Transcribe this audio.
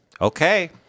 Okay